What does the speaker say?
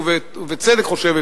ובצדק חושבת,